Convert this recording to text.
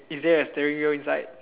is there a steering wheel inside